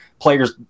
players